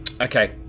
Okay